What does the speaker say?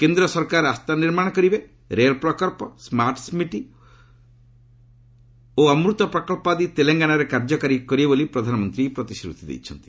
କେନ୍ଦ୍ର ସରକାର ରାସ୍ତା ନିର୍ମାଣ କରିବେ ରେଳ ପ୍ରକଳ୍ପ ସ୍କାର୍ଟ ସିଟି ଓ ଅମୃତ ପ୍ରକଳ୍ପ ଆଦି ତେଲଙ୍ଗାନାରେ କାର୍ଯ୍ୟକାରୀ କରିବେ ବୋଲି ପ୍ରଧାନମନ୍ତ୍ରୀ ଏହି ପ୍ରତିଶ୍ରୁତି ଦେଇଛନ୍ତି